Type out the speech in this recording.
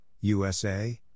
USA